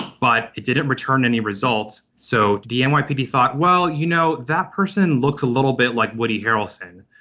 but it didn't return any results. so the and nypd thought, well, you know, that person looks a little bit like woody harrelson.